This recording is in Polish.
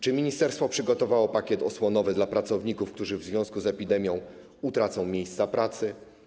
Czy ministerstwo przygotowało pakiet osłonowy dla pracowników, którzy w związku z epidemią utracą miejsca pracy?